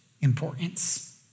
importance